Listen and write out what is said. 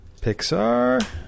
Pixar